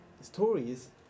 stories